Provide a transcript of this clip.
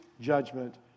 judgment